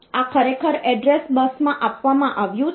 આ ખરેખર એડ્રેસ બસમાં આપવામાં આવ્યું છે